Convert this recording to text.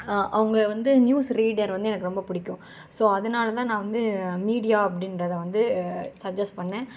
அவங்க வந்து news reader வந்து எனக்கு ரொம்பப்பிடிக்கும் ஸோ அதனாலதான் நான் வந்து மீடியா அப்படின்றத வந்து சஜ்ஜஸ்ட் பண்ணேன்